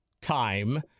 time